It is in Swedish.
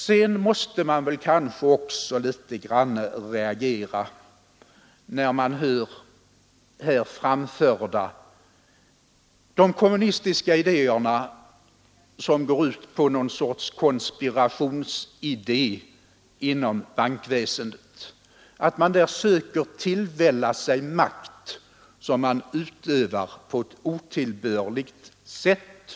Sedan måste man kanske också något litet reagera när man här hör framföras de kommunistiska föreställningarna, som går ut på att det inom bankväsendet skulle finnas någon sorts konspiration, att man där söker tillvälla sig makt som man sedan utövar på ett otillbörligt sätt.